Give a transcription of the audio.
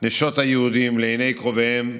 נשות היהודים לעיני קרוביהם,